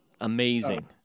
amazing